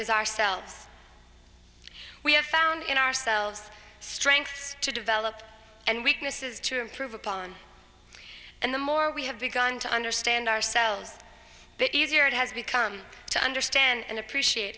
is ourselves we have found in ourselves strengths to develop and weaknesses to improve upon and the more we have begun to understand ourselves bit easier it has become to understand and appreciate